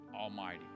Almighty